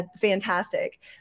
fantastic